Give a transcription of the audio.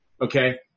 Okay